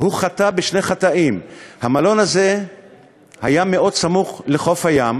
הוא חטא בשני חטאים: המלון הזה היה מאוד סמוך לחוף הים,